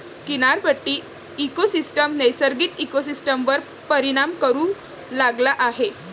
किनारपट्टी इकोसिस्टम नैसर्गिक इकोसिस्टमवर परिणाम करू लागला आहे